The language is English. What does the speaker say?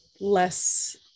Less